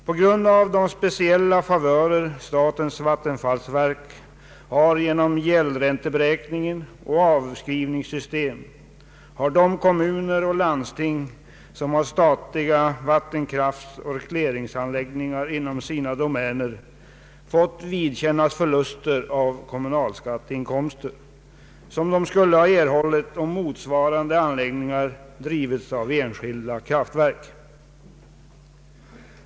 På grund av de speciella favörer som statens vattenfallsverk får genom gäldränteberäkning och avskrivningssystem har kommuner och landsting med statliga vattenkraftsoch regleringsanläggningar inom sina domäner fått vidkännas förluster av kommunalskatteinkomster, som de skulle ha erhållit om motsvarande anläggningar drivits av enskilda kraftföretag.